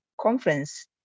conference